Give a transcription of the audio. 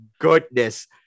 goodness